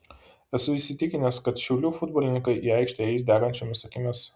esu įsitikinęs kad šiaulių futbolininkai į aikštę eis degančiomis akimis